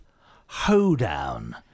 hoedown